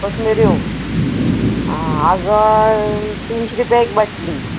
कशमेऱ्यो आ आगळ तिनशी रुपया एक बाटली